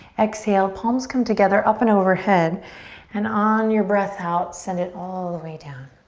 exhale, palms come together up and overhead and on your breath out send it all the way down.